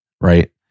right